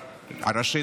ראשית,